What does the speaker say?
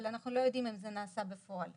אבל אנחנו לא יודעים אם זה נעשה בפועל.